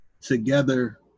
together